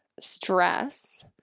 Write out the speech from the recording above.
stress